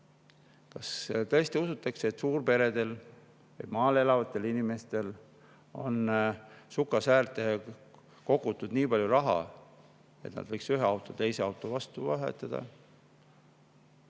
Kas tõesti usutakse, et suurperedel, maal elavatel inimestel on sukasäärde kogutud nii palju raha, et nad võiksid ühe auto teise auto vastu vahetada?